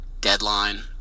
deadline